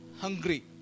hungry